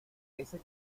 este